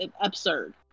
absurd